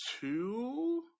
two